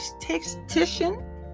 technician